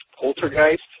Poltergeist